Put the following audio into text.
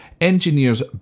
engineers